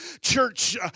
Church